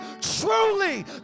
truly